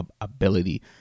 ability